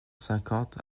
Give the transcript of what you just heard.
cinquante